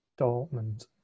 Dortmund